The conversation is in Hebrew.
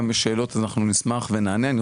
אנחנו נשמח ונענה גם לשאלות.